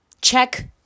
Check